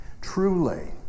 truly